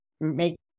make